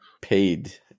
paid